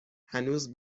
هنوز